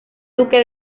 duque